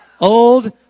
Old